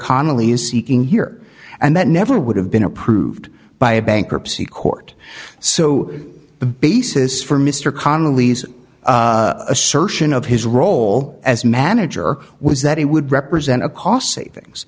connelly is seeking here and that never would have been approved by a bankruptcy court so the basis for mr connally's assertion of his role as manager was that he would represent a cost savings